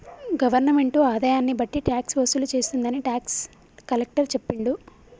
government ఆదాయాన్ని బట్టి tax వసూలు చేస్తుందని టాక్స్ కలెక్టర్ చెప్పిండు